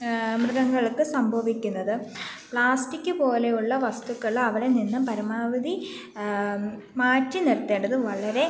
മൃഗങ്ങൾക്ക് സംഭവിക്കുന്നത് പ്ലാസ്റ്റിക്ക് പോലെ ഉള്ള വസ്തുക്കൾ അവിടെ നിന്നും പരമാവധി മാറ്റി നിർത്തേണ്ടതു വളരെ